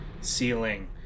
ceiling